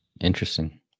Interesting